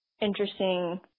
interesting